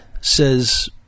says